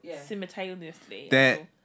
simultaneously